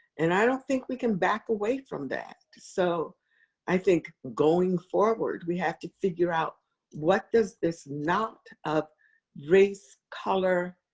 and i don't think we can back away from that. so i think going forward, we have to figure out what does this knot of race, color,